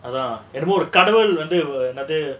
ஏதோ ஒரு கடவுள் வந்து என்னது:edho oru kadavul vandhu ennathu